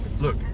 Look